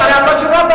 שלך,